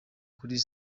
kuri